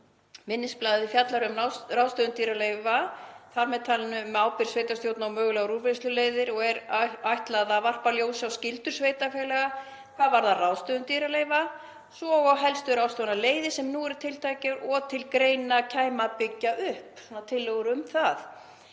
Minnisblaðið fjallar um ráðstöfun dýraleifa, þar með talið um ábyrgð sveitarstjórna og mögulegar úrvinnsluleiðir, og er ætlað að varpa ljósi á skyldur sveitarfélaga hvað varðar ráðstöfun dýraleifa, svo og helstu ráðstöfunarleiðir sem nú eru tiltækar og til greina kæmi að byggja upp — tillögur um það.